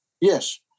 Yes